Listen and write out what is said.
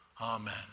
Amen